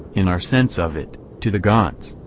in our sense of it, to the gods.